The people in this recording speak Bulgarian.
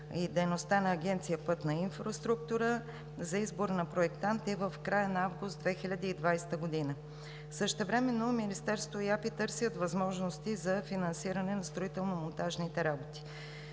и дейността на Агенция „Пътна инфраструктура“ за избор на проектант е в края на август 2020 г. Същевременно Министерството и АПИ търсят възможности за финансиране на строително-монтажните работи.